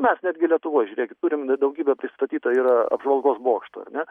mes netgi lietuvoj žiūrėkit turim daugybė pristatyta yra apžvalgos bokštų ar ne